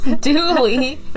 Dooley